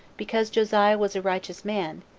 because josiah was a righteous man,